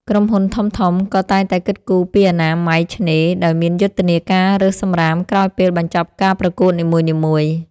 ក្រុមហ៊ុនធំៗក៏តែងតែគិតគូរពីអនាម័យឆ្នេរ ដោយមានយុទ្ធនាការរើសសម្រាមក្រោយពេលបញ្ចប់ការប្រកួតនីមួយៗ។